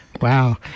Wow